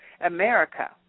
America